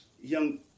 young